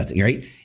right